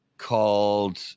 called